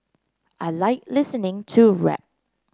I like listening to rap